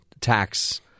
tax